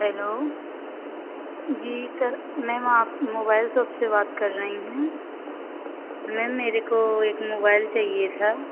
hello ji sir ma'am आप mobile shop से बात कर रही हैं मैम मेरे को एक मोबाइल चाहिए था